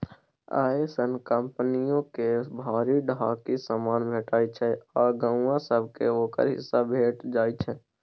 अय सँ कंपनियो के भरि ढाकी समान भेटइ छै आ गौंआ सब केँ ओकर हिस्सा भेंट जाइ छै